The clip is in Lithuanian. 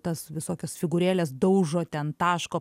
tas visokias figūrėles daužo ten taško